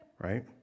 right